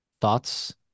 thoughts